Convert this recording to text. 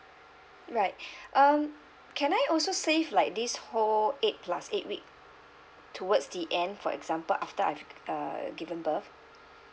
right um can I also save like this whole eight plus eight week towards the end for example after I've uh given birth